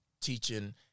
teaching